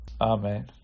amen